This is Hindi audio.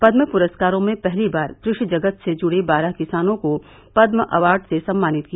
पद्म पुरस्कारों में पहली बार कृषि जगत से जुड़े बारह किसानों को पद्म अवार्ड से सम्मानित किया